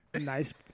nice